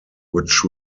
which